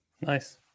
Nice